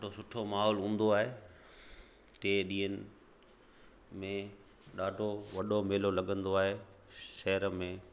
ॾाढो सुठो माहौल हूंदो आहे टे ॾींहन में ॾाढो वॾो मेलो लॻंदो आहे शहर में